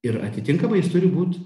ir atitinkamai jis turi būt